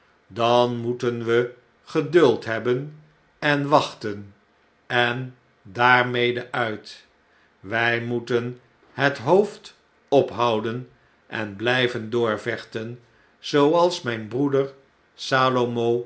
dan moeten we geduld hebben en wachten en daarmede uit wij moeten het hoofd ophouden en bljjven doorvechten zooals myn broeder